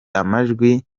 amajwi